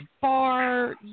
bar